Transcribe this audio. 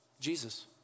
Jesus